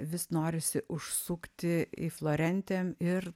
vis norisi užsukti į florentem ir